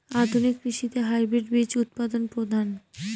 আধুনিক কৃষিতে হাইব্রিড বীজ উৎপাদন প্রধান